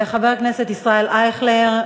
חבר הכנסת ישראל אייכלר,